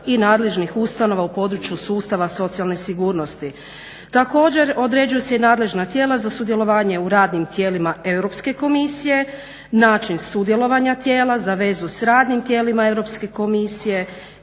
i nadležnih ustanova u području sustava socijalne sigurnosti. Također određuju se i nadležna tijela za sudjelovanje u radnim tijelima Europske komisije, način sudjelovanja tijela za vezu sa radnim tijelima Europske komisije